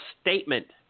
statement